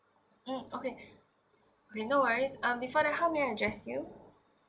mm okay okay no worries um before that how may I address you